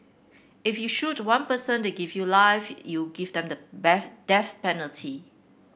if you shoot one person they give you life you give them the death penalty